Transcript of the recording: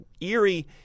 eerie